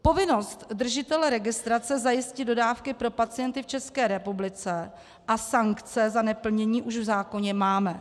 Povinnost držitele registrace zajistit dodávky pro pacienty v České republice a sankce za neplnění už v zákoně máme.